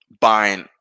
buying